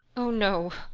oh no!